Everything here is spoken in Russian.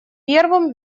первым